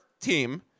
team